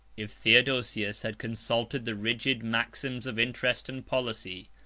if theodosius had consulted the rigid maxims of interest and policy,